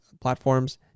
platforms